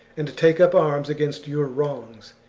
and take up arms against your wrongs.